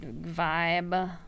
vibe